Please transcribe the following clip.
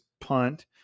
punt